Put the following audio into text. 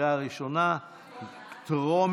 היא תעבור